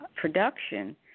production